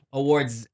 awards